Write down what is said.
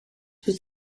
was